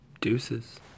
Deuces